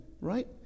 right